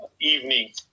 evening